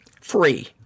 free